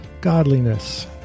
godliness